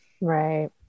right